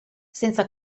senza